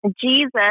Jesus